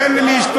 תן לי להשתולל.